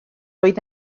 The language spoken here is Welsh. oedd